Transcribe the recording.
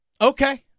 Okay